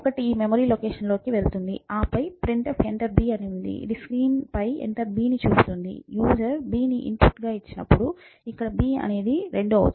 ఒకటి ఈ మెమరీ లొకేషన్లోకి వెళుతుంది ఆపై printf "enter b" అని ఉంది ఇది స్క్రీన్పై enter b ని చూపుతుంది యూసర్ b ని ఇన్పుట్ గా ఇచ్చినప్పుడు ఇక్కడ b అనేది 2